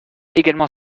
également